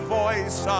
voice